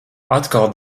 atkal